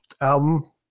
album